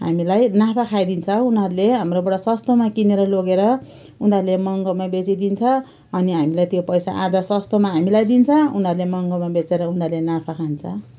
हामीलाई नाफा खाइदिन्छ उनीहरूले हाम्रोबाट सस्तोमा किनेर लगेर उनीहरूले महँगोमा बेचिदिन्छ अनि हामीलाई त्यो पैसा आधा सस्तोमा हामीलाई दिन्छ उनीहरूले महँगोमा बेचेर उनीहरूले नाफा खान्छ